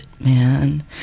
man